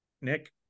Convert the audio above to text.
Nick